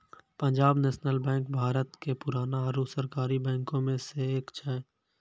पंजाब नेशनल बैंक भारत के पुराना आरु सरकारी बैंको मे से एक छै